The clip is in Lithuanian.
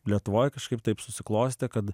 lietuvoj kažkaip taip susiklostė kad